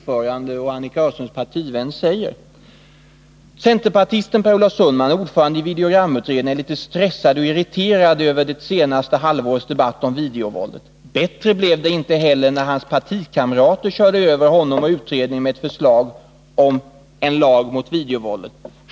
Följande står att läsa i artikeln: ”Centerpartisten Per Olof Sundman, ordförande i videogramutredningen, är lite stressad och irriterad över det senaste halvårets debatt om videovåldet. Bättre blev det inte heller när hans partikamrater körde över honom och utredningen med ett förslag om en lag mot videovåldet.